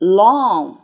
long